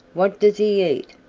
what does he eat,